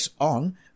on